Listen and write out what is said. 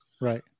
Right